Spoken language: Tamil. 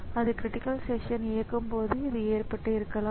எனவே இதை DC 1 device controller 1 DC 2 device controller 2 என்று அழைக்கிறோம்